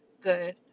good